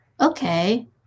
okay